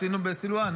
בסילואן?